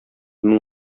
мең